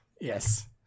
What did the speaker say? Yes